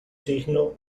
signo